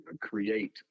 create